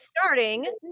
starting